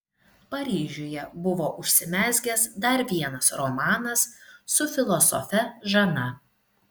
paryžiuje buvo užsimezgęs dar vienas romanas su filosofe žana